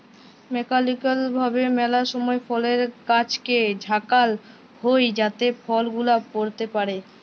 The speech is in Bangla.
মেকালিক্যাল ভাবে ম্যালা সময় ফলের গাছকে ঝাঁকাল হই যাতে ফল গুলা পইড়তে পারে